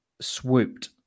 swooped